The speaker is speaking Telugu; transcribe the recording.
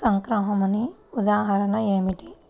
సంక్రమణ ఉదాహరణ ఏమిటి?